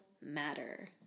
Matter